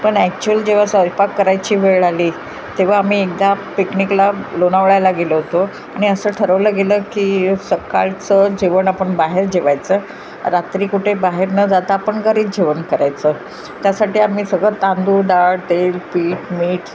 पण ॲक्चुअल जेव्हा स्वयंपाक करायची वेळ आली तेव्हा आम्ही एकदा पिकनिकला लोणावळ्याला गेलो होतो आणि असं ठरवलं गेलं की सकाळचं जेवण आपण बाहेर जेवायचं रात्री कुठे बाहेर न जाता आपण घरीच जेवण करायचं त्यासाठी आम्ही सगळं तांदूड डाळ तेल पीठ मीठ